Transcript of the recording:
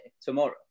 tomorrow